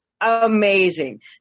amazing